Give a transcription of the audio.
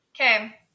okay